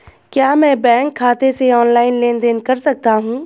क्या मैं बैंक खाते से ऑनलाइन लेनदेन कर सकता हूं?